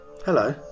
Hello